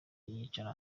yicara